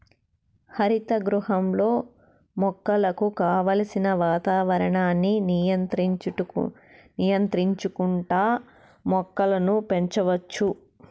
హరిత గృహంలో మొక్కలకు కావలసిన వాతావరణాన్ని నియంత్రించుకుంటా మొక్కలను పెంచచ్చు